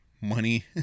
Money